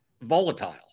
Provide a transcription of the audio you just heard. volatile